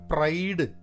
Pride